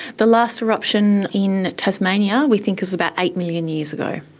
the last eruption in tasmania we think was about eight million years ago.